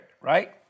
Right